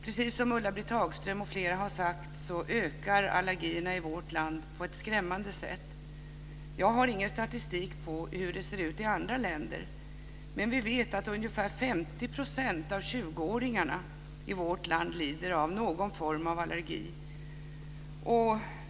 Precis som Ulla-Britt Hagström och flera andra har sagt ökar allergierna i vårt land på ett skrämmande sätt. Jag har ingen statistik på hur det ser ut i andra länder, men vi vet att ungefär 50 % av 20 åringarna i vårt land lider av någon form av allergi.